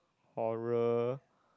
horror